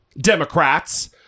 Democrats